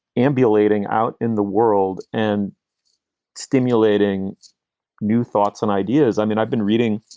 ambulate ing out in the world and stimulating new thoughts and ideas. i mean, i've been reading.